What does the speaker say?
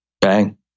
Bang